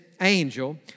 angel